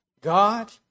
God